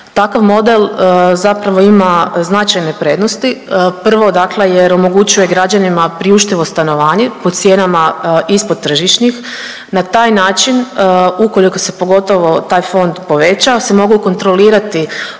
Takav model zapravo ima značajne prednosti, prvo dakle jer omogućuje građanima priuštivo stanovanje po cijenama ispod tržišnih. Na taj način ukoliko se pogotovo taj fond poveća se mogu kontrolirati